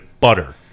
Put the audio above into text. butter